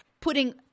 putting